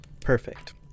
Perfect